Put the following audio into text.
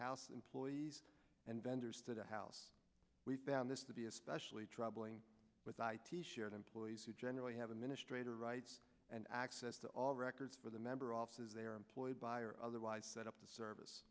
house employees and vendors to the house we found this to be especially troubling with ip shared employees who generally have a ministre to rights and access to all records for the member offices they are employed by or otherwise set up the service